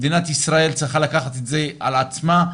מדינת ישראל צריכה לקחת את זה על עצמה.